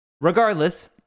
Regardless